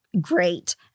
great